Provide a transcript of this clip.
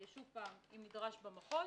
שוב, אם נדרש במחוז.